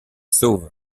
sauve